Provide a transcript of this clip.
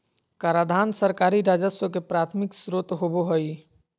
कराधान सरकारी राजस्व के प्राथमिक स्रोत होबो हइ